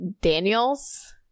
Daniels